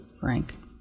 Frank